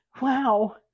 wow